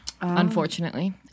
unfortunately